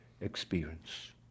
experience